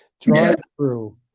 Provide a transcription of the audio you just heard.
drive-through